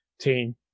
team